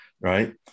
right